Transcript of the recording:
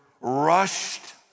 rushed